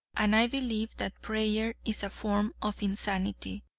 and i believe that prayer is a form of insanity,